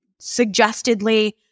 suggestedly